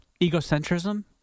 egocentrism